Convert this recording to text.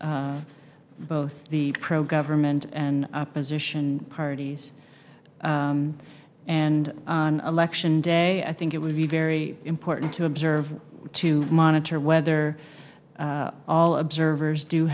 both the pro government and opposition parties and on election day i think it will be very important to observe to monitor whether all observers do